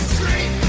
Street